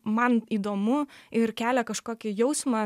man įdomu ir kelia kažkokį jausmą